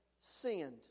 sinned